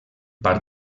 part